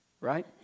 right